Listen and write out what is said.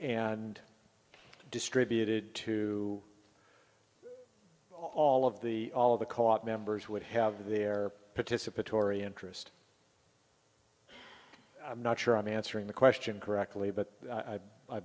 and distributed to all of the all of the caught members who would have their participatory interest i'm not sure i'm answering the question correctly but i